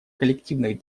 коллективных